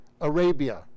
Arabia